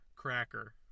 cracker